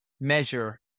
measure